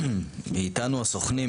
ואיתנו הסוכנים,